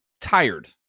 tired